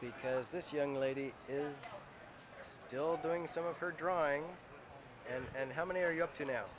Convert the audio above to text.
because this young lady is still doing some of her drawing and how many are you up to now